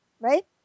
Right